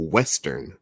Western